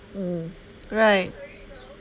mm right